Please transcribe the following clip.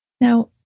Now